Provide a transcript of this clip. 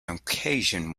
occasion